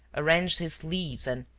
arranged his sleeves and,